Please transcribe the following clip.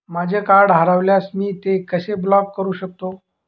माझे कार्ड हरवल्यास मी ते कसे ब्लॉक करु शकतो?